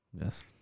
Yes